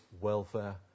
welfare